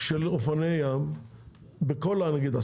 של אופנועי ים בכל הארץ,